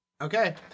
Okay